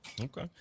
Okay